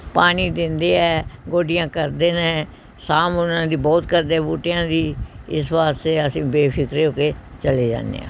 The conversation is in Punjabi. ਪਾਣੀ ਦਿੰਦੇ ਹੈ ਗੋਡੀਆਂ ਕਰਦੇ ਨੇ ਸਾਂਭ ਉਹਨਾਂ ਦੀ ਬਹੁਤ ਕਰਦੇ ਬੂਟਿਆਂ ਦੀ ਇਸ ਵਾਸਤੇ ਅਸੀਂ ਬੇਫਿਕਰੇ ਹੋ ਕੇ ਚਲੇ ਜਾਂਦੇ ਹਾਂ